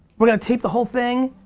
we're gonna tape the whole thing,